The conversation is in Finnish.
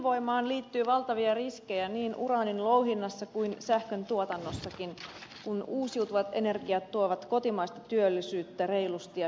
ydinvoimaan liittyy valtavia riskejä niin uraanin louhinnassa kuin sähköntuotannossakin kun uusiutuvat energiat tuovat reilusti kotimaista työllisyyttä ja hyvinvointia